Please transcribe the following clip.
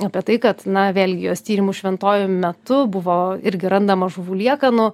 apie tai kad na vėlgi jos tyrimų šventojoj metu buvo irgi randama žuvų liekanų